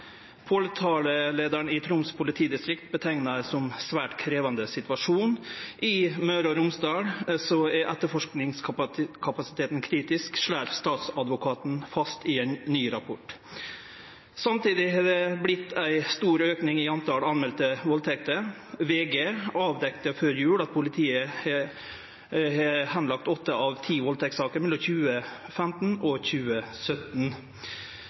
i Troms politidistrikt beskriv det som ein svært krevjande situasjon. I Møre og Romsdal er etterforskingskapasiteten kritisk, slår statsadvokaten fast i ein ny rapport. Samtidig har det vorte ein stor auke i talet på melde valdtekter. VG avdekte før jul at politiet har lagt bort åtte av ti valdtektssaker mellom 2015 og 2017.